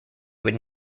would